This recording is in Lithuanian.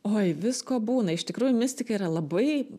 oi visko būna iš tikrųjų mistika yra labai